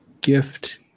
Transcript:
gift